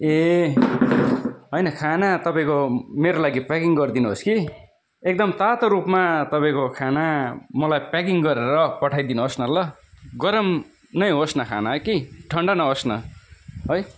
ए होइन खाना तपाईँको मेरो लागि प्याकिङ गरिदिनुहोस् कि एकदम तातो रूपमा तपाईँको खाना मलाई प्याकिङ गरेर पठाइ दिनुहोस् न ल गरम नै होस् न खाना कि ठन्डा नहोस् न है